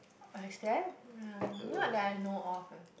uh is there mm not that I know of eh